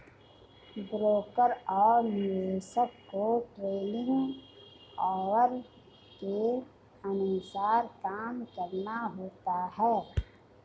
broker और निवेशक को ट्रेडिंग ऑवर के अनुसार काम करना होता है